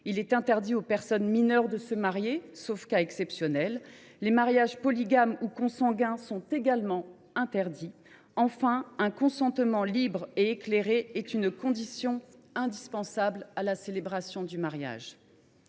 Il est interdit aux personnes mineures de se marier, sauf cas exceptionnels. Les mariages polygames ou consanguins sont également interdits. Enfin, un consentement libre et éclairé est une condition indispensable à la célébration du mariage.